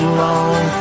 long